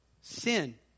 Sin